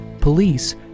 police